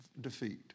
defeat